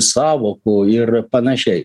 sąvokų ir panašiai